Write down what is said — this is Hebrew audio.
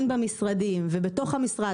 הן במשרדים ובתוך המשרד,